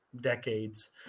decades